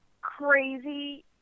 crazy